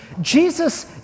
Jesus